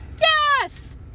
yes